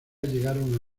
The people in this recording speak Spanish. llegaron